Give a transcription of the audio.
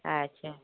আচ্ছা